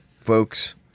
folks